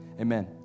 Amen